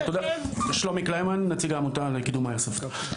שלומי קלימן, נציג העמותה לקידום האיירסופט.